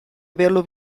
averlo